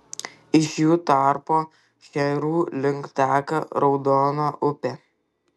iš jų tarpo šcherų link teka raudona upė